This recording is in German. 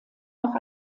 noch